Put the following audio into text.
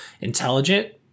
intelligent